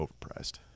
Overpriced